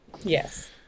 yes